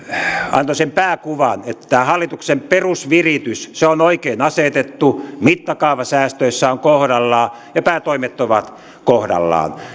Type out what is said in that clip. antoivat sen pääkuvan että hallituksen perusviritys on oikein asetettu mittakaava säästöissä on kohdallaan ja päätoimet ovat kohdallaan